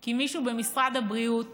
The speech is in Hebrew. כי מישהו במשרד הבריאות